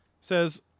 says